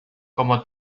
como